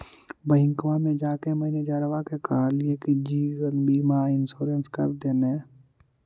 बैंकवा मे जाके मैनेजरवा के कहलिऐ कि जिवनबिमा इंश्योरेंस कर दिन ने?